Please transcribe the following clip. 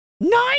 Nine